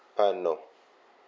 uh no